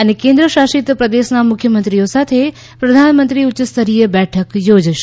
અને કેન્દ્ર્શાસિત પ્રદેશના મુખ્યમંત્રીઓ સાથે પ્રધાનમંત્રી ઉચ્યસ્તરીય બેઠક યોજશે